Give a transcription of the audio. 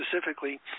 specifically